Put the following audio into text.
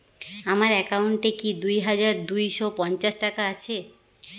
আমার অ্যাকাউন্ট এ কি দুই হাজার দুই শ পঞ্চাশ টাকা আছে?